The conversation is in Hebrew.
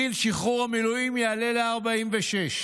גיל שחרור המילואים יעלה ל-46,